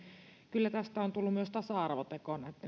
kyllä näitten leikkureitten purkamisesta on tullut myös tasa arvoteko